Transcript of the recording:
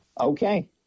Okay